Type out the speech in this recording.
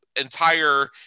entire